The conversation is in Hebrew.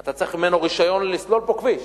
אתה צריך ממנו רשיון לסלול פה כביש,